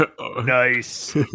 nice